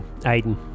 Aiden